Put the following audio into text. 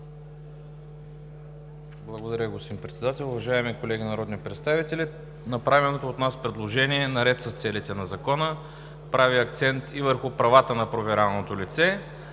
Благодаря, господин Председател. Уважаеми колеги народни представители, направеното от нас предложение, наред с целите на Закона, прави акцент и върху правата на проверяваното лице.